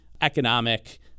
economic